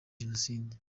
jenoside